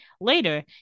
Later